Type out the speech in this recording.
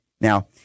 Now